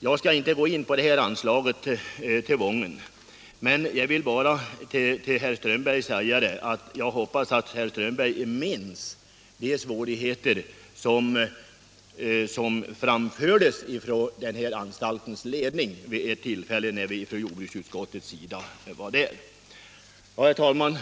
Jag skall inte gå in på anslaget till Wången. Men jag vill bara till herr Strömberg i Vretstorp säga att jag hoppas att herr Strömberg minns hetsområde de svårigheter som påpekades av denna anstalts ledning vid ett tillfälle när vi från jordbruksutskottet var där. Herr talman!